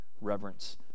reverence